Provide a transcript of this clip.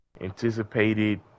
anticipated